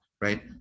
Right